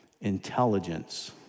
intelligence